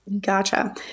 Gotcha